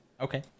Okay